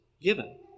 given